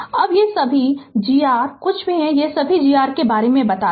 अब ये सभी g r जो कुछ भी ये सभी g r के बारे में बताते हैं